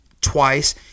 twice